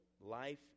life